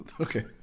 Okay